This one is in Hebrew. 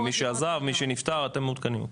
מי שעזב ומי שנפטר אתם מעודכנים לגביו?